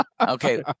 Okay